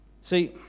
See